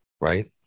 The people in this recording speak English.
right